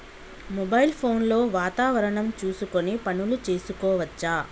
Mobile phone లో వాతావరణం చూసుకొని పనులు చేసుకోవచ్చా?